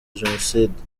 jenoside